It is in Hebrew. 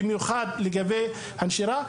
במיוחד בנושא הנשירה.